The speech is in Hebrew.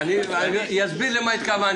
רגע, אני אסביר למה התכוונתי.